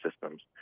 systems